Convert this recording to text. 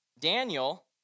Daniel